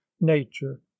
nature